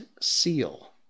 Seal